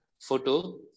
photo